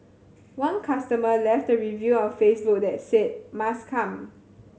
one customer left a review on Facebook that said 'must come'